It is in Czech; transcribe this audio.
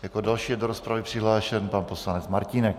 Jako další je do rozpravy přihlášen pan poslanec Martínek.